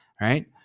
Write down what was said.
right